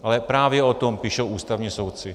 Ale právě o tom píšou ústavní soudci.